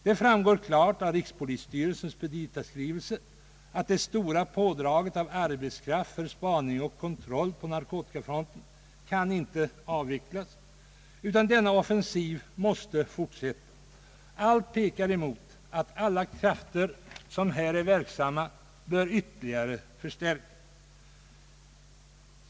Det framgår klart av rikspolisstyrelsens petitaskrivelse att det stora pådraget av arbetskraft för spaning och kontroll på narkotikafronten inte kan avvecklas, utan offensiven måste fortsätta. Allt pekar på att alla krafter som här är verksamma bör ytterligare förstärkas.